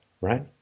right